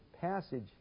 passage